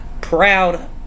proud